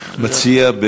מציע?